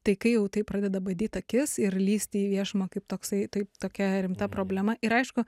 tai kai jau tai pradeda badyt akis ir lįsti į viešumą kaip toksai taip tokia rimta problema ir aišku